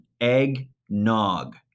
Eggnog